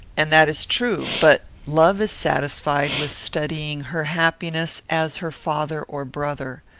and that is true but love is satisfied with studying her happiness as her father or brother.